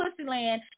Pussyland